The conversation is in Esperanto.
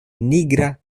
nigra